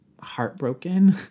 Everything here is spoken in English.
heartbroken